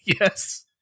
yes